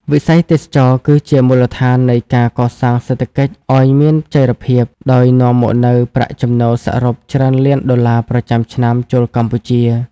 វិស័យទេសចរណ៍គឺជាមូលដ្ឋាននៃការកសាងសេដ្ឋកិច្ចឪ្យមានចីរភាព ដោយនាំមកនូវប្រាក់ចំណូលសរុបច្រើនលានដុល្លារប្រចាំឆ្នាំចូលកម្ពុជា។